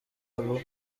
babo